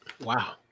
Wow